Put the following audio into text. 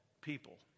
people